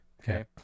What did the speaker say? Okay